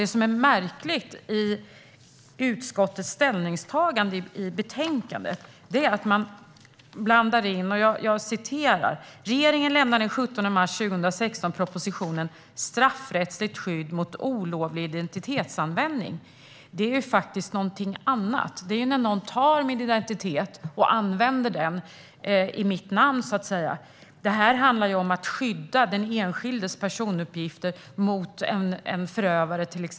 Det som är märkligt i utskottets ställningstagande i betänkandet är att man blandar in andra saker. Man skriver att regeringen den 17 mars 2016 lade fram propositionen Straffrättsligt skydd mot olovlig identitetsanvändning , men det är ju någonting annat, som handlar om att någon tar min identitet och använder den i mitt namn. Det här handlar i stället om att skydda den enskildes personuppgifter mot en förövare.